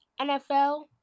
NFL